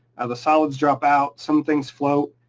the solids drop out, some things float.